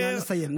נא לסיים.